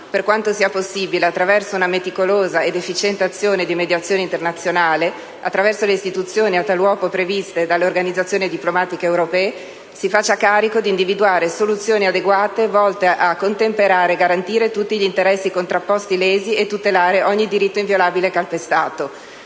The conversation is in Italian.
per quanto sia possibile, attraverso una meticolosa ed efficiente azione di mediazione internazionale, attraverso le istituzioni a tal uopo previste dalle organizzazioni diplomatiche europee, si faccia carico di individuare soluzioni adeguate volte a contemperare e garantire tutti gli interessi contrapposti lesi e tutelare ogni diritto inviolabile calpestato.